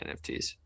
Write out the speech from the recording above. NFTs